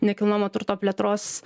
nekilnojamojo turto plėtros